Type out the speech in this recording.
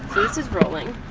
this is rolling.